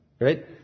Right